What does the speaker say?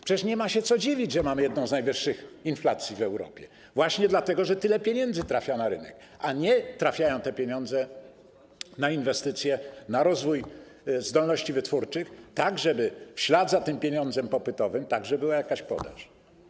Przecież nie ma się co dziwić, że mamy jedną z najwyższych inflacji w Europie, właśnie dlatego, że tyle pieniędzy trafia na rynek, a nie trafiają one na inwestycje, na rozwój zdolności wytwórczych, tak żeby w ślad za pieniądzem popytowym była także jakaś podaż.